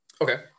Okay